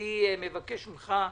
אני מבקש ממך,